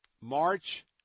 March